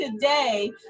today